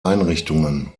einrichtungen